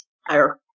higher